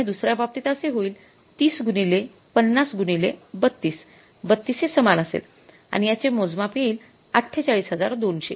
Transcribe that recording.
आणि दुसऱ्या बाबतीत असे होईल ३० गुणिले ५० गुणिले ३२ आणि याचे मोजमाप येईल ४८२००